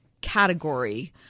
category